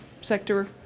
sector